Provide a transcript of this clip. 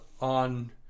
on